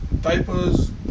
diapers